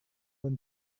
when